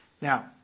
Now